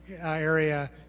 area